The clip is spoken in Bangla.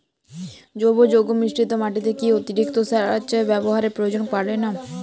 জৈব যৌগ মিশ্রিত মাটিতে কি অতিরিক্ত সার ব্যবহারের প্রয়োজন পড়ে না?